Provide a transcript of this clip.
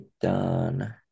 done